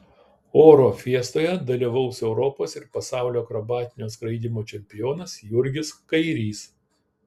oro fiestoje dalyvaus europos ir pasaulio akrobatinio skraidymo čempionas jurgis kairys